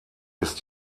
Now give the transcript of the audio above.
ist